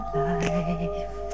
life